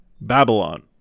Babylon